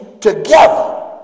together